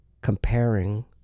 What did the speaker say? comparing